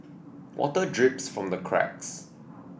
water drips from the cracks